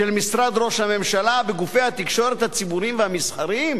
"של משרד ראש הממשלה בגופי התקשורת הציבוריים והמסחריים,